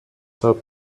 help